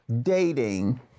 Dating